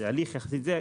זה הליך יחסית זה.